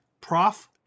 Prof